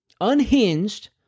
unhinged